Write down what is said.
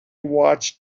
watched